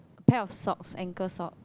pair of socks ankle sock